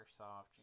Microsoft